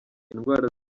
indwara